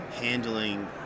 handling